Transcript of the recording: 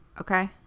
okay